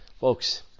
folks